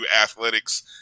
athletics